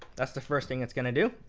that's the first thing it's going to do.